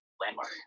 landmark